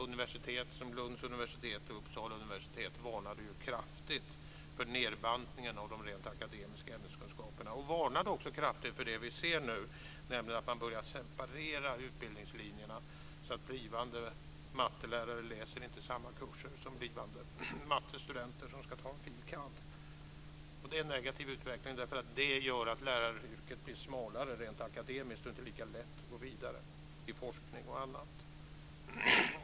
Universitet som Lunds universitet och Uppsala universitet varnade kraftigt för nedbantningen av de rent akademiska ämneskunskaperna och för det vi ser nu, nämligen att man börjar separera utbildningslinjerna, så att blivande mattelärare inte läser samma kurser som mattestudenter som ska ta en fil.kand. Det är en negativ utveckling, därför att det gör att läraryrket blir smalare rent akademiskt. Det är inte lika lätt att gå vidare i forskning och annat.